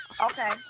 Okay